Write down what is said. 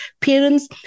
parents